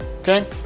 Okay